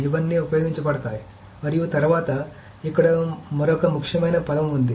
ఇవన్నీ ఉపయోగించబడతాయి మరియు తరువాత ఇక్కడ మరొక ముఖ్యమైన పదం ఉంది